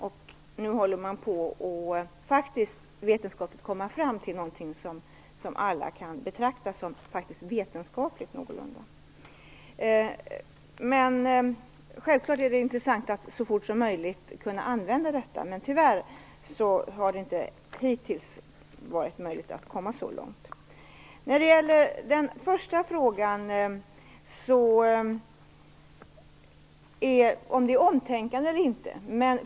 Man håller nu på att komma fram till någonting som alla kan betrakta som någorlunda vetenskapligt. Det är självfallet intressant att kunna använda detta så fort som möjligt, men tyvärr har det hittills inte varit möjligt att komma så långt. Den första frågan var om det fanns ett omtänkande inom socialdemokratin.